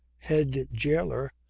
head jailer!